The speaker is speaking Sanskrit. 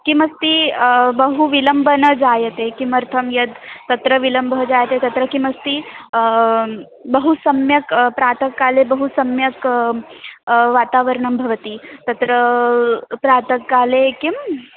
किमस्ति बहु विलम्बः न जायते किमर्थं यद् तत्र विलम्बः जायते तत्र किमस्ति बहु सम्यक् प्रातःकाले बहु सम्यक् वातावरणं भवति तत्र प्रातःकाले किं